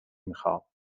میخوام